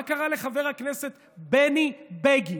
מה קרה לחבר הכנסת בני בגין?